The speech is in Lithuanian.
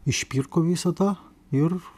išpirko visą tą ir